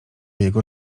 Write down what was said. jego